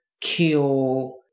kill